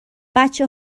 بچه